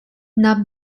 now